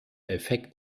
effekt